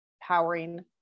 powering